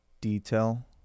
detail